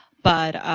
but,